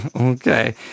Okay